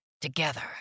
Together